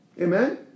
Amen